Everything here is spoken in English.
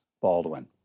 Baldwin